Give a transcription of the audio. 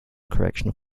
correctional